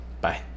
Bye